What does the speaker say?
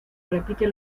repite